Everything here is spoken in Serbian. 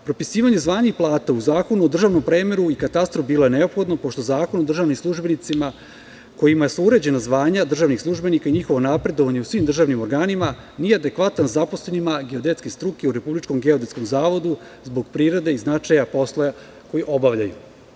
Propisivanje zvanja i plata u Zakonu o državnom premeru i katastru je bilo neophodno, pošto Zakon o državnim službenicima kojima su uređena zvanja državnih službenika i njihovo napredovanje u svim državnim organima nije adekvatan zaposlenima geodetske struke u Republičkom geodetskom zavodu, zbog prirode i značaja posla koji obavljaju.